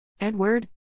Edward